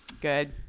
Good